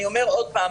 אני אומר עוד פעם,